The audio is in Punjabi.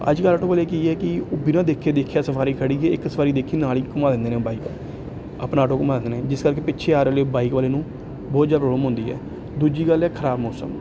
ਅੱਜ ਕੱਲ੍ਹ ਆਟੋ ਵਾਲੇ ਕੀ ਹੈ ਕੀ ਉਹ ਬਿਨਾਂ ਦੇਖੇ ਦੇਖਿਆ ਸਵਾਰੀ ਖੜ੍ਹੀ ਕਿ ਇੱਕ ਸਵਾਰੀ ਦੇਖੀ ਨਾਲ ਹੀ ਘੁਮਾ ਦਿੰਦੇ ਨੇ ਬਾਈਕ ਆਪਣਾ ਆਟੋ ਘੁਮਾ ਦਿੰਦੇ ਨੇ ਜਿਸ ਕਰਕੇ ਪਿੱਛੇ ਆ ਰਹੇ ਬਾਈਕ ਵਾਲੇ ਨੂੰ ਬਹੁਤ ਜ਼ਿਆਦਾ ਪ੍ਰੋਬਲਮ ਹੁੰਦੀ ਹੈ ਦੂਜੀ ਗੱਲ ਹੈ ਖ਼ਰਾਬ ਮੌਸਮ